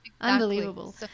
Unbelievable